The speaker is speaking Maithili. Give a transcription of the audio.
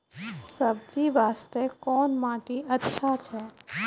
सब्जी बास्ते कोन माटी अचछा छै?